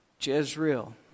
Jezreel